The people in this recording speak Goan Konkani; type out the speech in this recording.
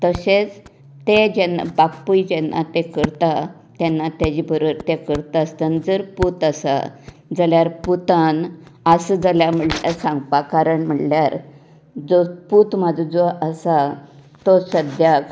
तशेंच ते जेन्ना बापूय जेन्ना तें करता तेन्ना तेचे बरोबर ते करता आसतना जर पूत आसा जाल्यार पुतान आसा जाल्यार म्हणटा सांगपा कारण म्हळ्यार जर पूत म्हाजो जो आसा तो सद्याक